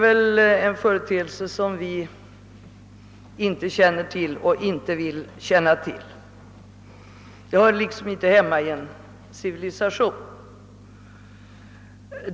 Detta är en företeelse som vi inte vill veta av; den hör inte hemma i en civiliserad stat.